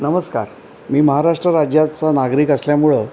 नमस्कार मी महाराष्ट्र राज्याचा नागरिक असल्यामुळं